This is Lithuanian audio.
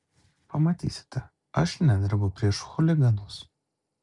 pamatysite aš nedrebu prieš chuliganus